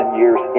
years